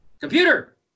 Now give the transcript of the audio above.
Computer